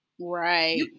Right